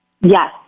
Yes